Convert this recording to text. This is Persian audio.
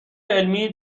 علمی